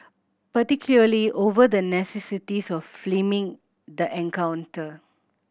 particularly over the necessity of filming the encounter